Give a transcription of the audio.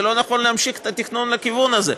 לא נכון להמשיך את התכנון לכיוון הזה.